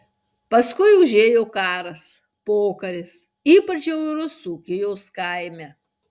paskui užėjo karas pokaris ypač žiaurūs dzūkijos kaime